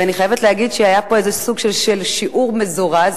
ואני חייבת להגיד שהיה פה איזה סוג של שיעור מזורז,